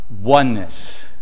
oneness